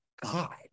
God